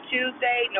Tuesday